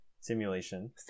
simulation